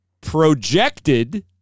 projected